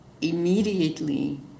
immediately